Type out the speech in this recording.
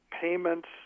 payments